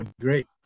great